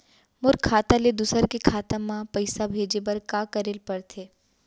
मोर खाता ले दूसर के खाता म पइसा भेजे बर का करेल पढ़थे?